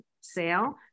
sale